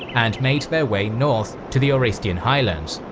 and made their way north, to the orestian highlands,